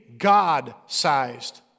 God-sized